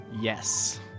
Yes